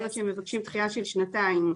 שמבקשים דחייה של שנתיים.